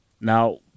Now